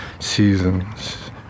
Seasons